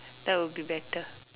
that would be better